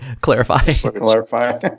clarify